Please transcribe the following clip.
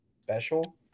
special –